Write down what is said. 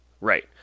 Right